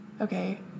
okay